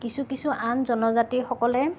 কিছু কিছু আন জনজাতি সকলে